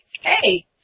hey